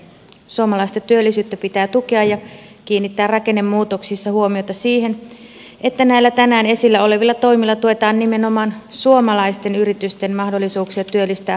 suomalaista työllisyyttä pitää tukea ja kiinnittää rakennemuutoksissa huomiota siihen että näillä tänään esillä olevilla toimilla tuetaan nimenomaan suomalaisten yritysten mahdollisuuksia työllistää suomalaisia